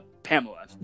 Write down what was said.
Pamela